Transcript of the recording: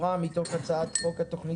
אנחנו מתחילים פרק י' (תחבורה) מתוך הצעת חוק התכנית